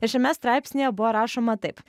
ir šiame straipsnyje buvo rašoma taip